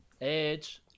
Edge